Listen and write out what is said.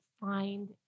find